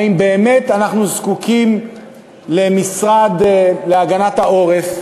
האם באמת אנחנו זקוקים למשרד להגנת העורף,